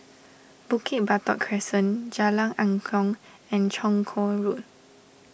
Bukit Batok Crescent Jalan Angklong and Chong Kuo Road